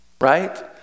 right